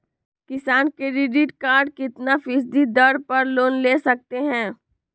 किसान credit card कितना फीसदी दर पर लोन ले सकते हैं?